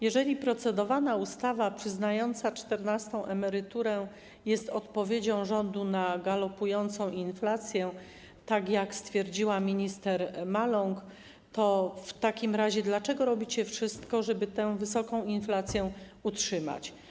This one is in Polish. Jeżeli procedowana ustawa przyznająca czternastą emeryturę jest odpowiedzią rządu na galopującą inflację, tak jak stwierdziła minister Maląg, to w takim razie dlaczego robicie wszystko, żeby tę wysoką inflację utrzymać?